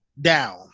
down